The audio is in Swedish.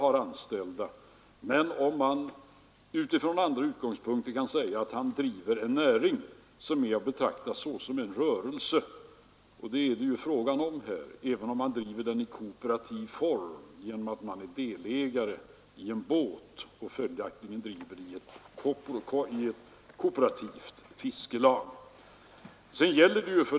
Men man kan utifrån andra utgångspunkter säga att han driver en näring som är att betrakta såsom en rörelse även om han driver den i kooperativ form genom att vara delägare i en båt och följaktligen vara medlem i ett kooperativt fiskelag.